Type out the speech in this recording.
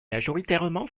majoritairement